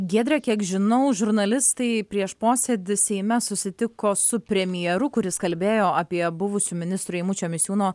giedre kiek žinau žurnalistai prieš posėdį seime susitiko su premjeru kuris kalbėjo apie buvusių ministrų eimučio misiūno